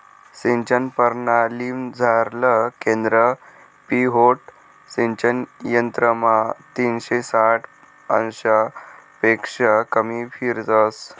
सिंचन परणालीमझारलं केंद्र पिव्होट सिंचन यंत्रमा तीनशे साठ अंशपक्शा कमी फिरस